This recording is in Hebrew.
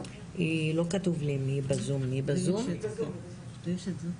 תודה רבה.